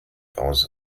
aus